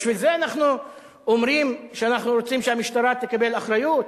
בשביל זה אנחנו אומרים שאנחנו רוצים שהמשטרה תקבל אחריות?